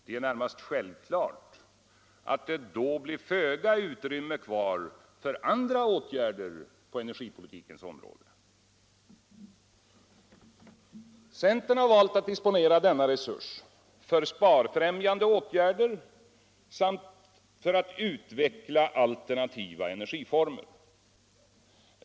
Det är närmast självklart att det då blir föga utrymme kvar för andra åtgärder på energipolitikens område. Centern har valt att disponera denna resurs för sparfrämjande åtgärder samt för att utveckla alternativa energiformer.